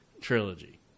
trilogy